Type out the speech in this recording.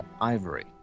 ivory